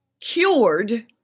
Cured